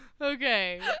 okay